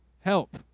help